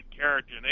character